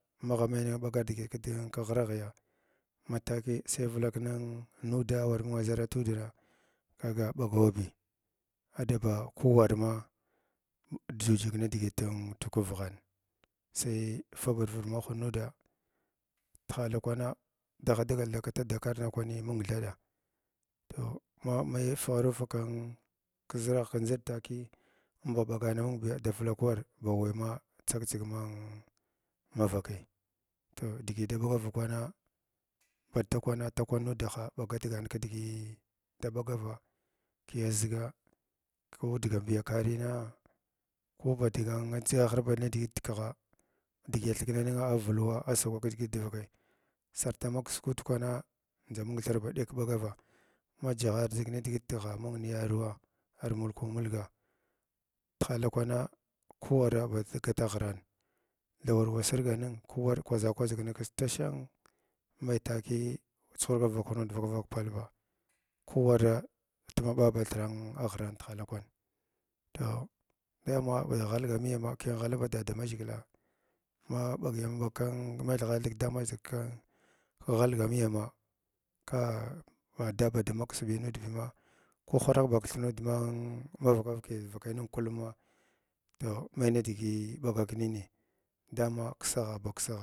Magh mai nin ɓagar digin kghiraghyaa ma tzki sai vulg nuudaa waramanga aʒhara tuadda kagh ɓagrabi aɗaba ku war ma m jujis nidigit tirghin sai ba fur nirrid mahrnauda tihala kwana dagha dagal da gata dakar dakwani mung thaɗa toh, ma mai faghan fug kin kiʒragh kindʒiɗ takii inba ɓaganamibiya ɗavalak takii inba ɓaganaminbiya ɗavalak war ba wai ma tsak tsig ma ma yakai toh digi da ɓagar kwana ba fakwana fakwana nudaha bagat gana kidigii da ɓagava kiya zigaa koh dga mbiya kara ko ba diga adʒgar ba nidigit dkigha digi athkna nungha a vuluwa a sagwa kidigit drakai sarta maksa kad ndakwana ndʒa mung thir ba ɗek ɓagava ma dʒighar dʒig nidigitgha mung yaaruwa ar. Mulkum mulga tahala kwanan ko wara ba gata ghiran thaa war wa sirga ning kuwar kwaʒa kwaʒa nikis tashang mai takiy chuhurgana vakwan vakak pal ba ko wara tivavaka ɓa thira ghivan tihala kwan toh dama baghalgamiyama kyam ghala ba dadamaʒhg ma ɓagyama ɓaga kun ki thigha thig damaʒhgk kin ghalga miyama ka ka daba da maks bunud bims ko harak bath nud nud man muvaka vaki divakai ning ba llullumma toh, mai nidigi ɓagak nina toh dam baksagha baksagh.